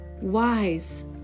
wise